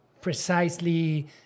precisely